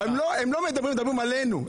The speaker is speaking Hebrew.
הם מדברים עלינו,